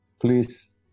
please